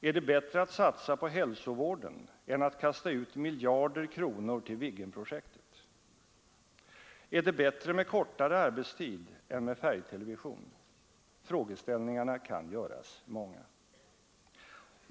Är det bättre att satsa på hälsovården än att kasta ut miljarder till Viggenprojektet? Är det bättre med kortare arbetstid än med färgtelevision? Frågeställningarna kan göras många.